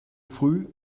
früh